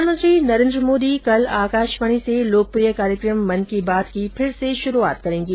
प्रधानमंत्री नरेन्द्र मोदी कल आकाशवाणी से लोकप्रिय कार्यक्रम मन की बात की फिर से शुरूआत करेंगे